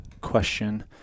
question